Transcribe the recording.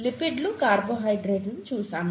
లిపిడ్లు కార్బోహైడ్రేట్లు చూశాము